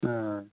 हय